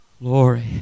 Glory